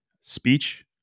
speech